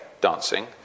dancing